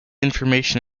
information